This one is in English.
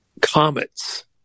comets